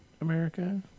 America